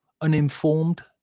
uninformed